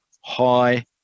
high